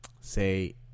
say